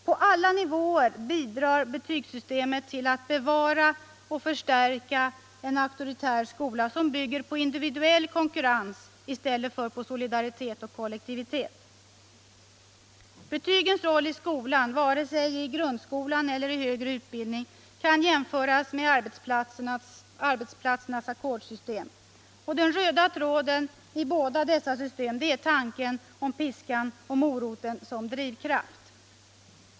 På alla nivåer bidrar betygssystemet till att bevara och förstärka en auktoritär skola som bygger på individuell konkurrens i stället för på solidaritet och kollektivism. Betygens roll i skolan, både i grundskolan och i den högre utbildningen, kan jämföras med arbetsplatsernas ackordssystem. Den röda tråden i båda dessa system är tanken om ”piskan och moroten” som drivkraft.